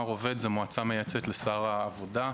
זו מועצה שמייעצת לשר העבודה.